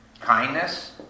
kindness